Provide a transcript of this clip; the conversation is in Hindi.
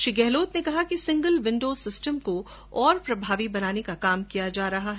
श्री गहलोत ने कहा कि सिंगल विण्डो सिस्टम को और प्रभावी बनाने का काम किया जा रहा है